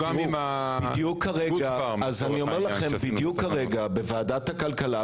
בדיוק כרגע בוועדת הכלכלה,